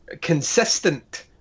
consistent